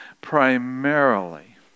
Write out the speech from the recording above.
primarily